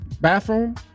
bathroom